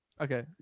Okay